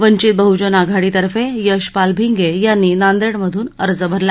वंचित बहुजन आघाडीतर्फे यशपाल भिंगे यांनी नांदेडमधून अर्ज भरला